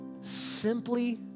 simply